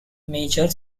major